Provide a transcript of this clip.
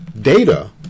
data